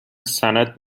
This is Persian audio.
سند